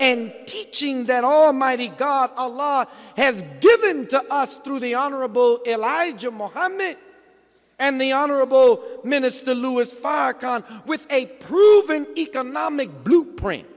and teaching that almighty god a law has given to us through the honorable elijah mohammed and the honorable minister louis farrakhan with a proven economic blueprint